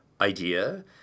idea